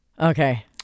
Okay